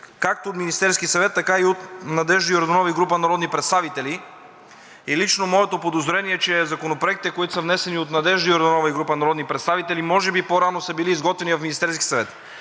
както от Министерския съвет, така и от Надежда Йорданова и група народни представители. Лично моето подозрение е, че законопроектите, които са внесени от Надежда Йорданова и група народни представители, може би по-рано са били изготвени в Министерския съвет.